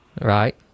Right